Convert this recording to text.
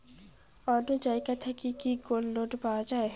অন্য জায়গা থাকি কি গোল্ড লোন পাওয়া যাবে?